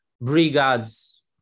brigades